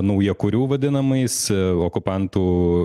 naujakurių vadinamais okupantų